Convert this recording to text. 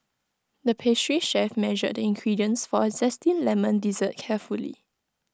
the pastry chef measured the ingredients for A Zesty Lemon Dessert carefully